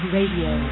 Radio